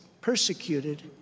persecuted